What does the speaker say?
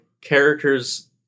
characters